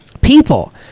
people